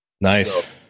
Nice